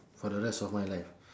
for the rest of my life